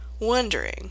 wondering